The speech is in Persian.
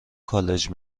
کالج